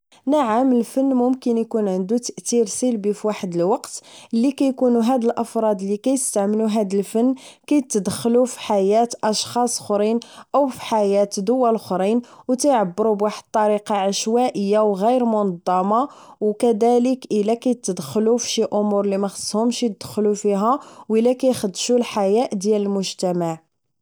نعم الفن ممكن يكون عنده تاثير سلبي في واحد الوقت اللي كيكون هاد الافراد اللي كيستعمل هذا الفن كتدخل في حياه اشخاص اخرين او في حياه الاخرين ويعبروا بواحد بطريقه عشوائيه وغير منظمه وكذلك الى يتدخل في شي امور اللي ما خصهم يدخلو فيها والا يخدش الحياء ديال المجتمع